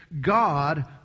God